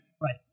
Right